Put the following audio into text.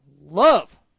love